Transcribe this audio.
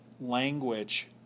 language